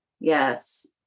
Yes